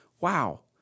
wow